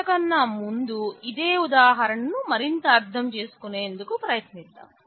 అంతకన్నా ముందు ఇదే ఉదాహరణ ను మరింత అర్థం చేసుకునేందుకు ప్రయత్నిద్దాం